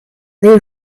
they